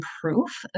proof